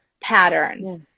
patterns